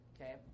okay